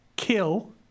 Kill